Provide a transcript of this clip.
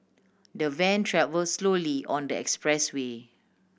the van travel slowly on the expressway